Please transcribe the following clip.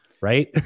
right